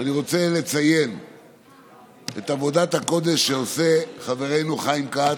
ואני רוצה לציין את עבודת הקודש שעושה חברנו חיים כץ,